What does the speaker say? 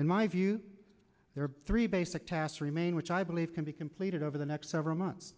in my view there are three basic tasks remain which i believe can be completed over the next several months